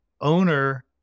owner